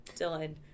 Dylan